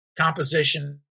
composition